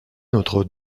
notre